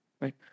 right